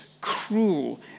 cruel